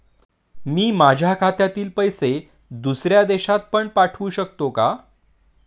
मी माझ्या खात्यातील पैसे दुसऱ्या देशात पण पाठवू शकतो का?